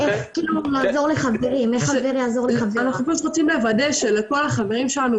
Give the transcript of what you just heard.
אנחנו פשוט רוצים לוודא שלחברים שלנו,